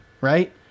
right